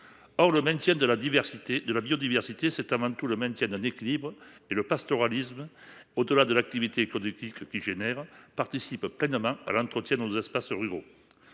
Or le maintien de la biodiversité, c’est avant tout le maintien d’un équilibre. Le pastoralisme, au delà de l’activité économique qu’il suscite, participe pleinement à l’entretien de nos espaces ruraux.